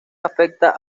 afecta